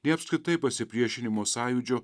nei apskritai pasipriešinimo sąjūdžio